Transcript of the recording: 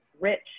rich